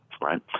right